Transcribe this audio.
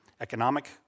economic